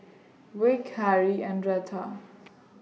Vick Harrie and Retha